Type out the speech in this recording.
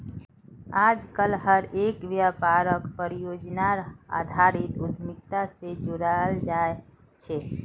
आजकल हर एक व्यापारक परियोजनार आधारित उद्यमिता से जोडे देखाल जाये छे